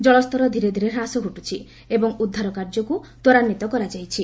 ଜଳସ୍ତର ଧୀରେ ଧୀରେ ହ୍ରାସ ଘଟୁଛି ଏବଂ ଉଦ୍ଧାର କାର୍ଯ୍ୟକୁ ତ୍ୱରାନ୍ୱିତ କରାଯାଇଛି